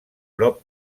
prop